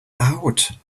out